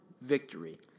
victory